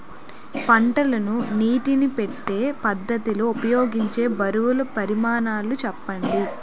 పంటలకు నీటినీ పెట్టే పద్ధతి లో ఉపయోగించే బరువుల పరిమాణాలు చెప్పండి?